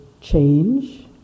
change